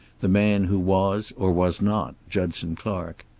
the man who was or was not judson clark.